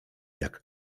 jak